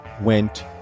went